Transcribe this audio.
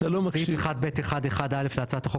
סעיף 1(ב1)(1)(א) להצעת החוק,